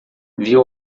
viu